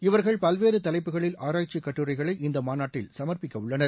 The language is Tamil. இவர்கள் பல்வேறு தலைப்புகளில் ஆராய்ச்சி கட்டுரைகளை இந்த மாநாட்டில் சமாப்பிக்கவுள்ளனர்